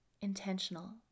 intentional